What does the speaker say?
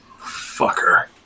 Fucker